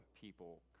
people